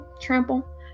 trample